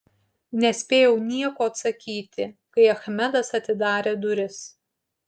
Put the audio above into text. nespėjau nieko atsakyti kai achmedas atidarė duris